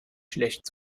schlecht